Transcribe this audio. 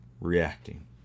reacting